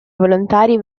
volontari